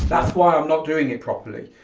that's why i'm not doing it properly.